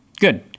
Good